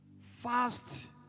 Fast